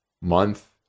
month